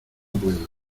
puedo